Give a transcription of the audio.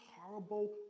horrible